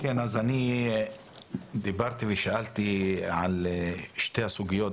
אני דיברתי ושאלתי על שתי הסוגיות,